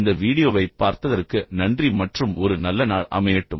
இந்த வீடியோவைப் பார்த்ததற்கு நன்றி மற்றும் ஒரு நல்ல நாள் அமையட்டும்